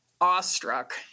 awestruck